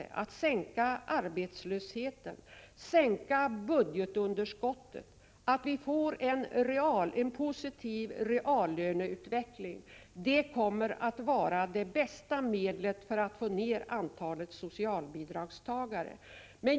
Om man lyckas minska arbetslösheten, sänka budgetunderskottet och få en positiv reallöneutveckling, är detta det bästa medlet att få ner antalet socialbidragstagare.